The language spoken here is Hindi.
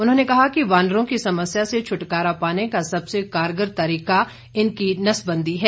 उन्होंने कहा कि वानरों की समस्या से छुटकारा पाने का सबसे कारगर तरीका इनकी नसबंदी है